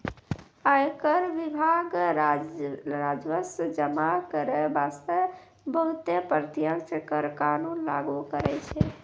आयकर विभाग राजस्व जमा करै बासतें बहुते प्रत्यक्ष कर कानून लागु करै छै